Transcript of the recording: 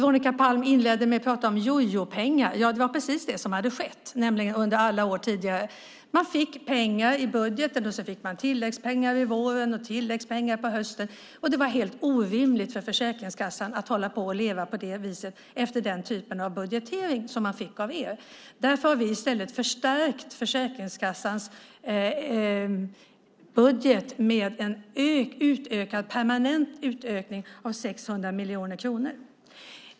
Veronica Palm inledde med att prata om jojopengar. Ja, det var precis så det var under alla år tidigare. Man fick pengar i budgeten och fick sedan tilläggspengar på våren och tilläggspengar på hösten. Det var helt orimligt för Försäkringskassan att leva efter er typ av budgetering. Därför har vi i stället förstärkt Försäkringskassans budget med en permanent utökning med 600 miljoner kronor.